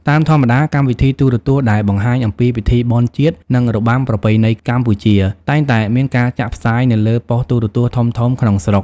តាមធម្មតា កម្មវិធីទូរទស្សន៍ដែលបង្ហាញអំពីពិធីបុណ្យជាតិ និងរបាំប្រពៃណីកម្ពុជា តែងតែមានការចាក់ផ្សាយនៅលើប៉ុស្តិ៍ទូរទស្សន៍ធំៗក្នុងស្រុក។